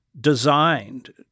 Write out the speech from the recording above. designed